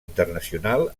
internacional